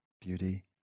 beauty